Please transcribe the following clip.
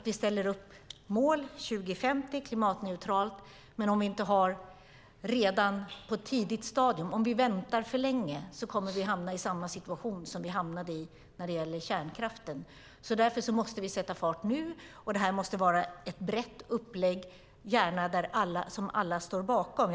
Vi ställer upp målet att vara klimatneutralt 2050, men om vi väntar för länge är risken att vi hamnar i samma situation som vi hamnade i när det gäller kärnkraften. Därför måste vi sätta fart nu. Det måste vara ett brett upplägg som alla står bakom.